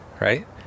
right